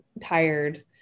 tired